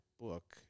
book